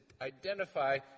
identify